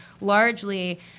largely